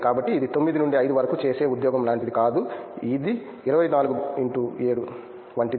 కాబట్టి ఇది 9 నుండి 5 వరకు చేసే ఉద్యోగం లాంటిది కాదు ఇది 24 x 7 వంటిది